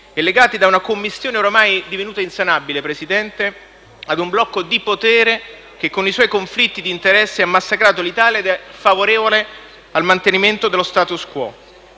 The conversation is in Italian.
e legati da una commistione ormai divenuta insanabile, Presidente, ad un blocco di potere che con i suoi conflitti di interesse ha massacrato l'Italia ed è favorevole al mantenimento dello *status quo.*